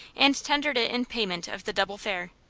and tendered it in payment of the double fare.